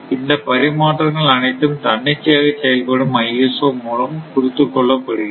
இந்த பரிமாற்றங்கள் அனைத்தும் தன்னிச்சையாக செயல்படும் ISO மூலம் குறித்து கொள்ளப்படுகின்றன